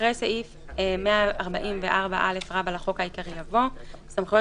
אחרי סעיף 144א לחוק העיקרי יבוא: 144ב. סמכויות